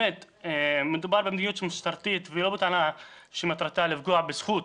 מדובר במדיניות משטרתית ולא --- שמטרתה לפגוע בזכות